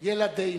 בבקשה,